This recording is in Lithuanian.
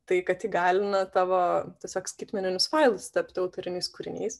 tai kad įgalina tavo tiesiog skaitmeninius failus tapti autoriniais kūriniais